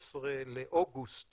באוגוסט